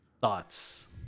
Thoughts